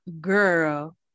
girl